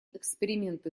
эксперименты